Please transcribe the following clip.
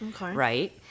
right